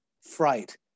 fright